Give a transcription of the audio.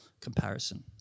comparison